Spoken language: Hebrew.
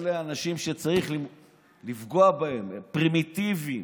אלה אנשים שצריך לפגוע בהם, הם פרימיטיביים,